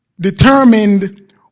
determined